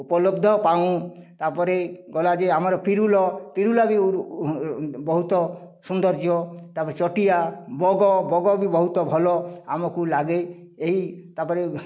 ଉପଲବ୍ଧ ପାଉଁ ତା'ପରେ ଗଲା ଯେ ଅମାର ପିରୁଲ ପିରୁଲ ବି ବହୁତ ସୌନ୍ଦର୍ଯ୍ୟ ତା'ପରେ ଚଟିଆ ବଗ ବଗ ବି ବହୁତ ଭଲ ଆମକୁ ଲାଗେ ଏହି ତା'ପରେ